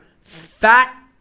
fat